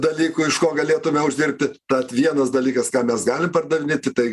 dalykų iš ko galėtume uždirbti tad vienas dalykas ką mes galim pardavinėti tai